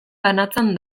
banatzen